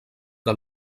del